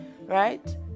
right